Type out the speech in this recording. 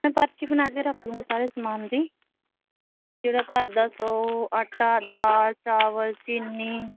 ਮੈਂ ਪਰਚੀ ਬਣਾ ਕੇ ਰੱਖ ਲੁੰਗੀ ਸਾਰੇ ਸਮਾਨ ਦੀ ਜਦੋਂ ਘਰ ਦਾ ਸੌ ਆਟਾ ਦਾਲ ਚਾਵਲ ਚੀਨੀ